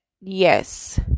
yes